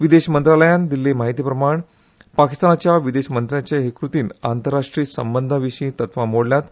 विदेश मंत्रालयान दिल्ले म्हायतेप्रमाण पाकिस्तानाच्या विदेश मंत्र्यांचे हे कृतीन आंतरराष्ट्रीय संबंधांविशी तत्वा मोडल्यात